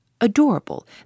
Adorable